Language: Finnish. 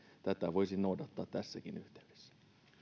tätä voisi noudattaa tässäkin yhteydessä